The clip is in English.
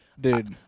Dude